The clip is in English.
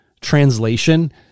translation